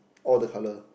all the colour